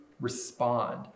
respond